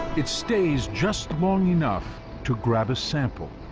it stays just long enough to grab a sample.